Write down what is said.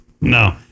no